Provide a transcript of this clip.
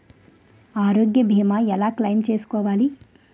ఆరోగ్య భీమా ఎలా క్లైమ్ చేసుకోవాలి?